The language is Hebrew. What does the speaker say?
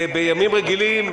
בימים רגילים,